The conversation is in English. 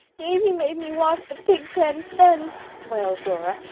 davy made me walk the pigpen fence, wailed dora.